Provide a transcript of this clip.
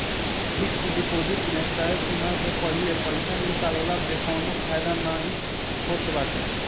fix deposit में तय समय के पहिले पईसा निकलला पअ कवनो फायदा नाइ होत बाटे